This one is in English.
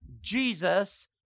Jesus